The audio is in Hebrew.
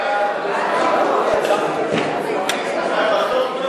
ההצעה להעביר את הצעת חוק הקולנוע (הוראת שעה) (תיקון מס'